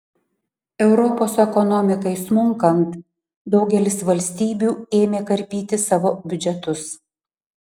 europos ekonomikai smunkant daugelis valstybių ėmė karpyti savo biudžetus